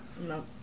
No